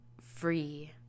free